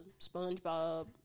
SpongeBob